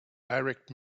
direct